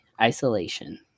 isolation